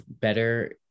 better